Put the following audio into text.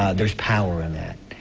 there's power in that.